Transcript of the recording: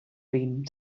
been